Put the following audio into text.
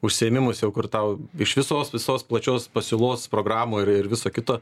užsiėmimus jau kur tau iš visos visos plačios pasiūlos programų ir ir viso kito